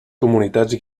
comunitats